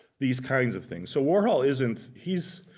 these kinds of things. so warhol isn't, he's,